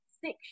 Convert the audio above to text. six